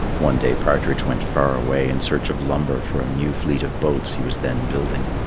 one day partridge went far away in search of lumber for a new fleet of boats he was then building.